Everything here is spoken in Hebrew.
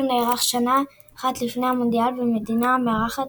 הנערך שנה אחת לפני המונדיאל במדינה המארחת